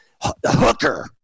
hooker